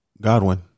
Godwin